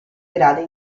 gradi